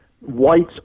whites